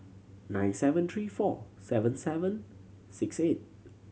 nine seven three four seven seven six eight